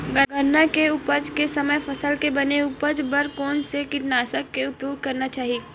गन्ना के उपज के समय फसल के बने उपज बर कोन से कीटनाशक के उपयोग करना चाहि?